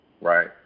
right